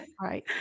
right